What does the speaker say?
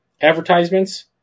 advertisements